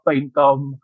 income